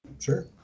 sure